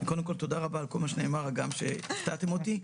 תודה רבה על כל מה שנאמר כאן, הגם שהפתעתם אותי.